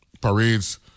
parades